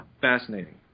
fascinating